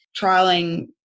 trialing